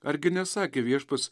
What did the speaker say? argi nesakė viešpats